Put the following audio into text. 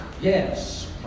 Yes